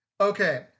Okay